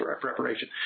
preparation